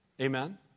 Amen